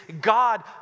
God